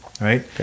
right